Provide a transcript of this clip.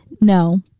No